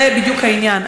זה בדיוק העניין.